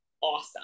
awesome